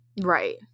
Right